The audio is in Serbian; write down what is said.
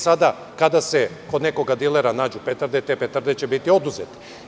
Sada, kada se kod nekog dilera nađu petarde, te petarde će biti oduzete.